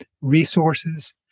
resources